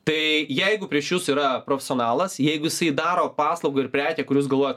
tai jeigu prieš jus yra profesionalas jeigu jisai daro paslaugą ir prekę kur jūs galvojat